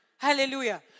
Hallelujah